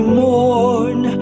mourn